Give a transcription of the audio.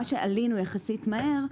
מה שעלינו יחסית מהר,